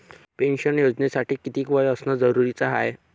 Pension योजनेसाठी कितीक वय असनं जरुरीच हाय?